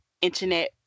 internet